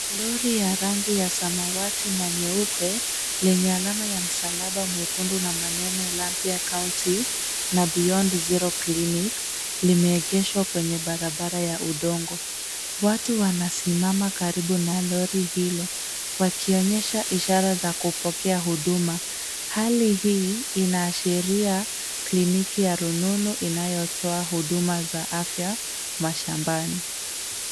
Lori ya rangi ya samawati na nyeupe lenye alama ya msalaba mwekundu na maneno Lapia county na beyond zero clinic limeegeshwa kwenye barabara ya udongo. Watu wamesimama karibu na lori hilo wakionyesha ishara za kupokea huduma. Hali hii inashiria kliniki ya rununu inayotoa huduma za afya mashambani.